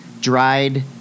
dried-